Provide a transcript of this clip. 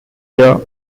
here